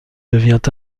devint